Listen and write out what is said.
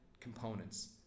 components